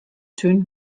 tún